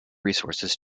resources